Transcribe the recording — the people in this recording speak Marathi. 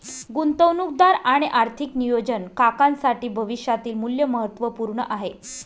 गुंतवणूकदार आणि आर्थिक नियोजन काकांसाठी भविष्यातील मूल्य महत्त्वपूर्ण आहे